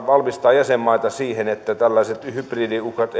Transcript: valmistaa jäsenmaita siihen että tällaiset hybridiuhkat